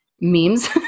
memes